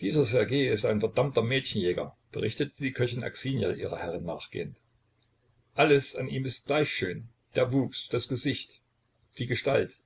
dieser ssergej ist ein verdammter mädchenjäger berichtete die köchin aksinja ihrer herrin nachgehend alles an ihm ist gleich schön der wuchs das gesicht die gestalt